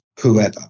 whoever